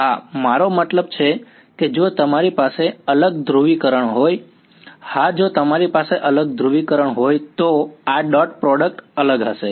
હા મારો મતલબ છે કે જો તમારી પાસે અલગ ધ્રુવીકરણ હોય હા જો તમારી પાસે અલગ ધ્રુવીકરણ હોય તો આ ડોટ પ્રોડક્ટ અલગ હશે